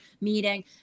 meeting